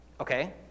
Okay